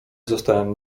zostałem